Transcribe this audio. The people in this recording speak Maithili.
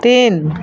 तीन